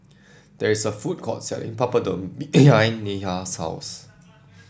there is a food court selling Papadum behind Neha's house